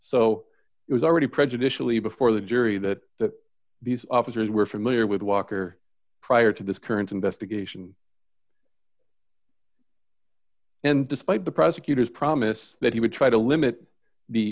so it was already prejudicially before the jury that that these officers were familiar with walker prior to this current investigation and despite the prosecution's promise that he would try to limit the